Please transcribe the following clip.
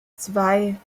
zwei